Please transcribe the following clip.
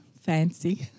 fancy